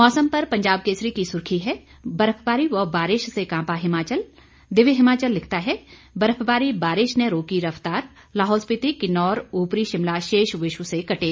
मौसम पर पंजाब केसरी की सुर्खी है बर्फबारी व बारिश से कांपा हिमाचल दिव्य हिमाचल लिखता है बर्फबारी बारिश ने रोकी रफतारलाहौल स्पीति किन्नौर उपरी शिमला शेष विश्व से कटे